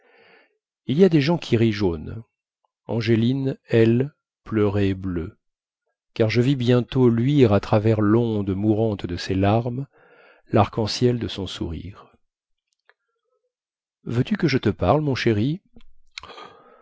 il y a des gens qui rient jaune angéline elle pleurait bleu car je vis bientôt luire à travers londe mourante de ses larmes larc en ciel de son sourire veux-tu que je te parle mon chéri